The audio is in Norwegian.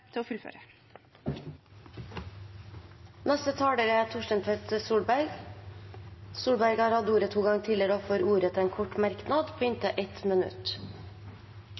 til å fullføre. Representanten Torstein Tvedt Solberg har hatt ordet to ganger tidligere og får ordet til en kort merknad, begrenset til 1 minutt.